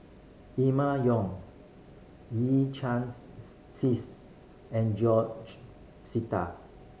Emma Yong Yee Chia Hsing and George Sita